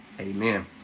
Amen